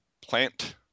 plant